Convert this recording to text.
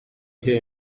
uteza